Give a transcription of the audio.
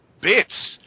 bits